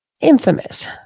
Infamous